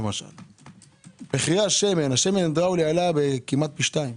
שמן הידראולי עלה כמעט פי שניים.